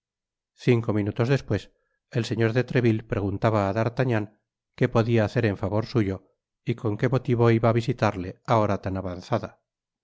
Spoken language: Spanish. cinco minutos despues el señor de treville preguntaba á d'artagnan qué podia hacer en favor suyo y con qué motivo iba a visitarle á hora tan avanzada